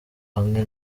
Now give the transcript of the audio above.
hamwe